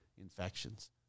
infections